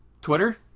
Twitter